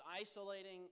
isolating